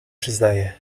przyznaję